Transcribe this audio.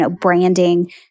branding